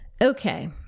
Okay